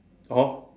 oh